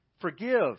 forgive